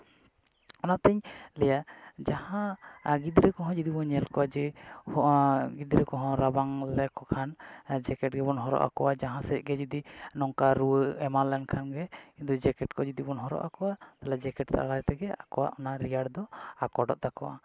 ᱚᱱᱟᱛᱤᱧ ᱞᱟᱹᱭᱟ ᱡᱟᱦᱟᱸᱭ ᱜᱤᱫᱽᱨᱟᱹ ᱠᱚᱦᱚᱸ ᱡᱩᱫᱤᱵᱚᱱ ᱧᱮᱞ ᱠᱚᱣᱟ ᱡᱮ ᱜᱤᱫᱽᱨᱟᱹ ᱠᱚᱦᱚᱸ ᱨᱟᱵᱟᱝ ᱞᱮᱠᱚ ᱠᱷᱟᱱ ᱡᱮᱠᱮᱴ ᱜᱮᱵᱚᱱ ᱦᱚᱨᱚᱜ ᱟᱠᱚᱣᱟ ᱡᱟᱦᱟᱸ ᱥᱮᱫ ᱜᱮ ᱡᱩᱫᱤ ᱱᱚᱝᱠᱟ ᱨᱩᱣᱟᱹ ᱮᱢᱟᱱ ᱞᱮᱱᱠᱷᱟᱱ ᱜᱮ ᱠᱤᱱᱛᱩ ᱡᱮᱠᱮᱴ ᱠᱚ ᱡᱩᱫᱤᱵᱚᱱ ᱦᱚᱨᱚᱜ ᱟᱠᱚᱣᱟ ᱛᱟᱦᱞᱮ ᱚᱱᱟ ᱡᱮᱠᱮᱴ ᱫᱟᱨᱟᱭ ᱛᱮᱜᱮ ᱟᱠᱚᱣᱟᱜ ᱚᱱᱟ ᱨᱮᱭᱟᱲ ᱫᱚ ᱟᱠᱚᱴᱚᱜ ᱛᱟᱠᱚᱣᱟ